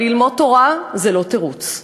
אבל ללמוד תורה זה לא תירוץ,